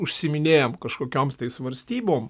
užsiiminėjam kažkokioms tai svarstybom